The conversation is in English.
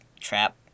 trap